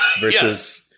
versus